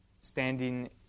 standing